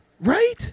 Right